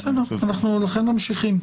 לכן אנחנו ממשיכים.